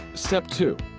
step two.